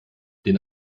den